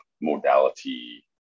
modality